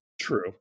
True